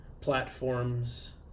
platforms